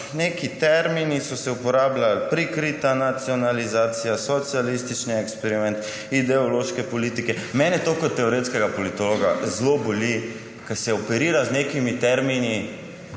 neki termini: prikrita nacionalizacija, socialistični eksperiment, ideološke politike. Mene kot teoretskega politologa to zelo boli, ker se operira z nekimi termini